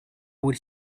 would